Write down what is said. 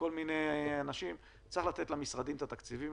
לכל מיני אנשים, צריך לתת את התקציבים למשרדים.